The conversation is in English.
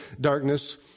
darkness